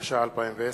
התש"ע 2010,